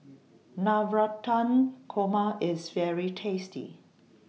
Navratan Korma IS very tasty